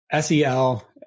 SEL